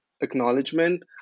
acknowledgement